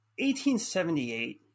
1878